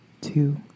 two